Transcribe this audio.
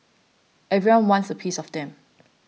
everyone wants a piece of them